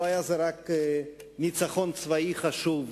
לא היה זה רק ניצחון צבאי חשוב,